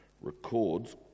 records